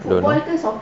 don't know